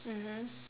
mmhmm